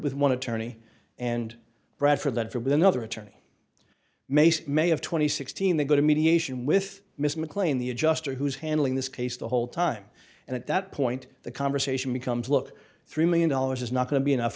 with one attorney and brad for that for with another attorney maced may of two thousand and sixteen they go to mediation with miss mclean the adjuster who is handling this case the whole time and at that point the conversation becomes look three million dollars is not going to be enough